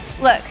look